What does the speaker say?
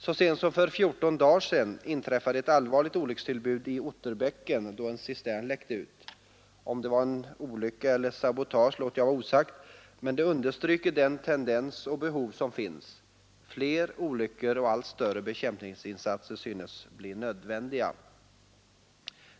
Så sent som för fjorton dagar sedan inträffade ett allvarligt olyckstillbud i Otterbäcken, då en cistern läckte ut. Om det var olycka eller sabotage låter jag vara osagt, men det understryker den tendens och de behov som finns: fler olyckor respektive att allt större bekämpningsinsatser synes bli nödvändiga.